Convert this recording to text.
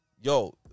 Yo